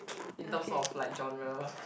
in terms of like genre